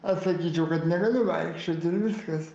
atsakyčiau kad negaliu vaikščioti ir viskas